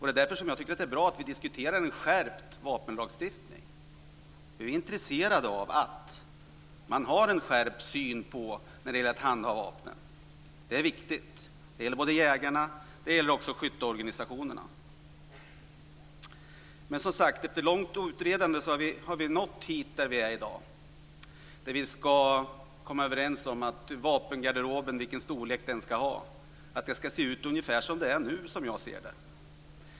Det är därför som jag tycker att det är bra att vi diskuterar en skärpt vapenlagstiftning. Vi är intresserade av att man skärper synen på att handha vapen. Det är viktigt. Det gäller både jägarna och skytteorganisationerna. Efter långt utredande har vi nått dit där vi är i dag. Vi ska komma överens om vilken storlek vapengarderoben ska ha. Det ska se ut ungefär som det gör nu, som jag ser det.